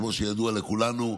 כמו שידוע לכולנו,